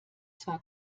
zwar